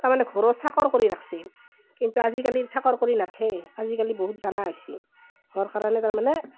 তাৰমানে ঘৰৰ চাকৰ কৰি ৰাখিছিল কিন্তু আজিকালি চাকৰ কৰি নাৰাখে আজিকালি বহুত জনা হৈছে হোৱাৰ কাৰণে তাৰমানে